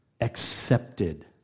accepted